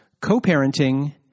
co-parenting